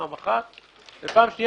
ודבר שני,